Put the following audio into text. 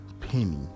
penny